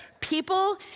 people